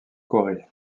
corée